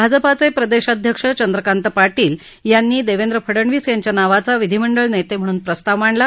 भाजपाचे प्रदेशाध्यक्ष चंद्रकांत पाटील यांनी देवेंद्र फडनवीस यांच्या नावाचा विधीमंडळ नेते म्हणून प्रस्ताव मांडला